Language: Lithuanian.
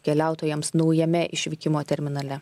keliautojams naujame išvykimo terminale